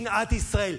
שנאת ישראל,